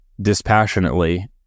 dispassionately